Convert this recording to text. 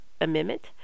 amendment